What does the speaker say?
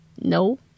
No